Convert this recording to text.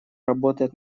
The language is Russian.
работает